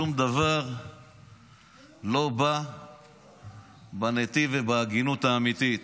שום דבר לא בא בנתיב ובהגינות האמיתית.